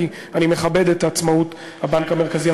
כי אני מכבד את עצמאות הבנק המרכזי.